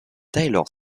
taylor